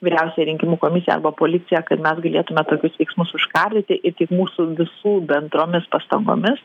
vyriausiąją rinkimų komisiją arba policiją kad mes galėtume tokius veiksmus užkardyti ir tik mūsų visų bendromis pastangomis